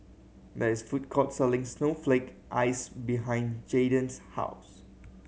there is a food court selling snowflake ice behind Jaiden's house